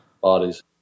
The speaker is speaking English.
bodies